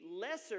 lesser